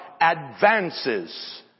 advances